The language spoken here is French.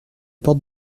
porte